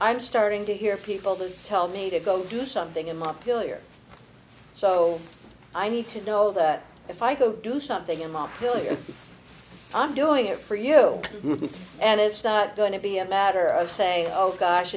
i'm starting to hear people that tell me to go do something in my field here so i need to know that if i go do something in my village i'm doing it for you and it's not going to be a matter of saying oh gosh